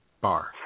bar